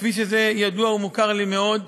הכביש הזה ידוע ומוכר לי מאוד.